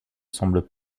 semblent